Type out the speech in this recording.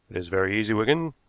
is very easy, wigan,